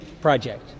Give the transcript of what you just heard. project